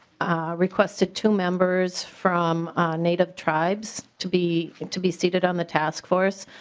requested to members from native tribes to be to be seated on the task force.